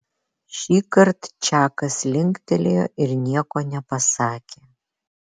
šįkart čakas linktelėjo ir nieko nepasakė